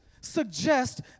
suggest